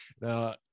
Now